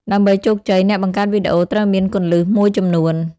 ដើម្បីជោគជ័យ អ្នកបង្កើតវីដេអូត្រូវមាន គន្លឹះ មួយចំនួន។